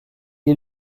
est